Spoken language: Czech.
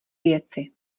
věci